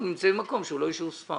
הם נמצאים במקום שהוא לא ישוב ספר.